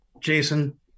Jason